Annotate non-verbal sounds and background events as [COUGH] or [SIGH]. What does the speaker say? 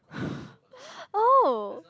[BREATH] oh